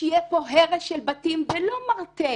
שיהיה פה הרס של בתים, ולא מרתף,